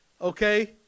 okay